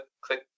click